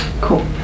Cool